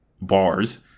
Bars